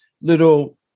little